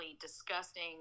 disgusting